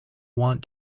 want